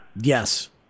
Yes